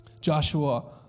Joshua